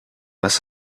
was